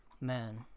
man